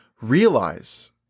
realize